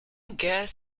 guess